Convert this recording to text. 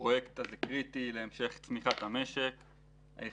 הפרויקט הזה קריטי להמשך צמיחת המשק והוא